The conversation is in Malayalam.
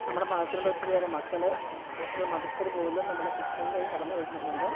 നമ്മുടെ മതത്തിലൂടെ ഒത്തിരിയേറെ മക്കൾ മറ്റുള്ള മതസ്ഥർ പോലും നമ്മുടെ ക്രിസ്ത്യൻലേക്ക് കടന്ന് വന്നിട്ടുണ്ട്